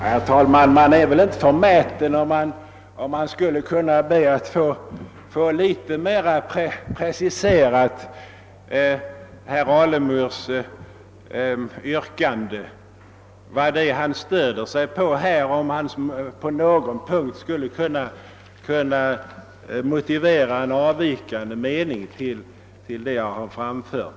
Herr talman! Man är väl inte förmäten, om man skulle be att få herr Alemyrs yrkande litet mer motiverat och få höra vad han stöder sig på och huruvida han på någon punkt skulle kunna motivera en avvikande mening med anledning av något jag har anfört.